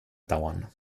dauern